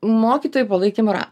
mokytojų palaikymo ratai